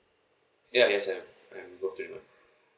ya yes I am